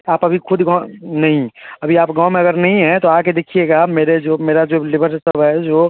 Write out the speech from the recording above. आप अभी खुद गाँव नहीं अभी आप गाँव में अगर नहीं है तो आ कर देखिएगा मेरे जो मेरा जो लेबर सब है जो